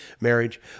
marriage